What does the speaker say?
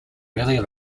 really